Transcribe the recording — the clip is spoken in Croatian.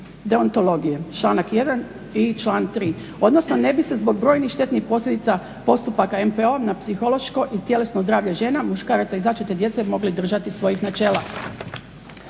deontologije, članak 1. i član 3., odnosno ne bi se zbog brojnih štetnih posljedica postupaka MPO-a na psihološko i tjelesno zdravlje žena, muškaraca i začete djece mogli držati svojih načela.